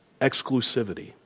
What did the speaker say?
exclusivity